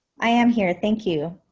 i am here. thank you.